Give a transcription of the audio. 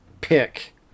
pick –